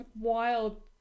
wild